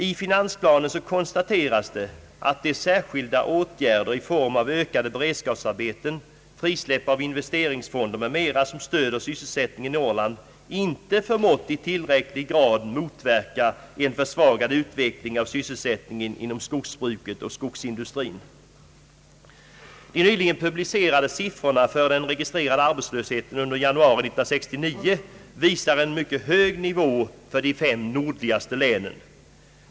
I finansplanen konstateras det, att de särskilda åtgärder i form av ökade beredskapsarbeten, frisläpp av investeringsfonder m.m. som stöder sysselsättningen i Norrland inte förmått i tillräcklig grad motverka en försvagad utveckling av sysselsättningen inom skogsbruket och skogsindustrin. De nyligen publicerade siffrorna för den registrerade arbetslösheten under januari 1969 visar en mycket hög nivå för de fem nordligaste länen.